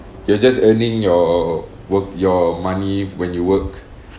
you're just earning your work your money when you work